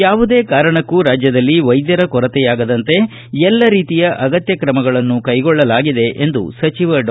ಯಾವುದೇ ಕಾರಣಕ್ಕೂ ರಾಜ್ಯದಲ್ಲಿ ವೈದ್ಯರ ಕೊರತೆಯಾಗದಂತೆ ಎಲ್ಲ ರೀತಿಯ ಅಗತ್ಯ ಕ್ರಮಗಳನ್ನು ಕೈಗೊಳ್ಳಲಾಗಿದೆ ಎಂದು ಸಚಿವ ಡಾ